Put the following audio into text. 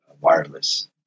wireless